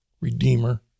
redeemer